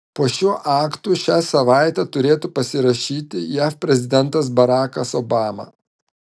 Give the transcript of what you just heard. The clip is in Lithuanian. po šiuo aktu šią savaitę turėtų pasirašyti jav prezidentas barakas obama